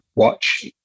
watch